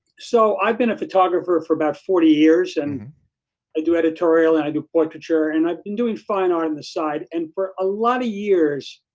so i've been a photographer for about forty years and i do editorial and i do portraiture and i've been doing fine art on the side, and for a lot of years,